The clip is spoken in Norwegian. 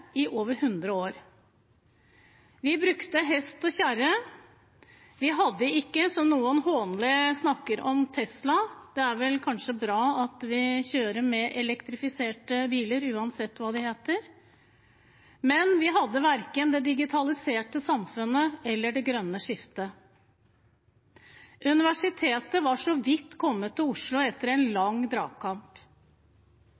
i over 100 år. Vi brukte hest og kjerre, vi hadde verken Tesla – som noen hånlig snakker om, det er kanskje bra at vi kjører med elektrifiserte biler, uansett hva de heter – det digitaliserte samfunnet eller det grønne skiftet. Universitetet var så vidt kommet til Oslo etter en